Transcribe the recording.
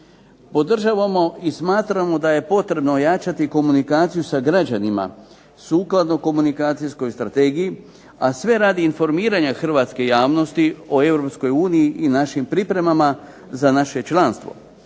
Podržavamo i smatramo da je potrebno ojačati komunikaciju sa građanima, sukladno komunikacijskoj strategiji, a sve radi informiranja hrvatske javnosti o Europskoj uniji i našim pripremama za naše članstvo.